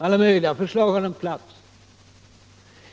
Alla möjliga förslag har en plats.